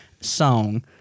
song